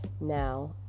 Now